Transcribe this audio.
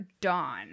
dawn